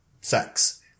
sex